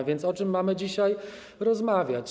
A więc o czym mamy dzisiaj rozmawiać?